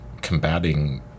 combating